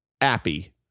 appy